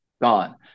gone